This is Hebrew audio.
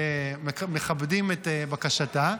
מכבדים את בקשתה.